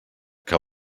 que